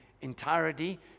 entirety